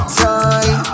time